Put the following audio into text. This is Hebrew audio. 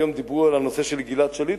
היום דיברו על הנושא של גלעד שליט,